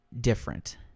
different